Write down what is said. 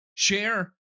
Share